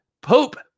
Pope